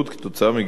בין היתר,